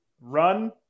run